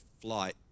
flight